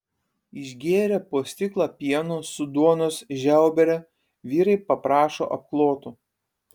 išgėrę po stiklą pieno su duonos žiaubere vyrai paprašo apklotų